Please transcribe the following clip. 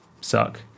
suck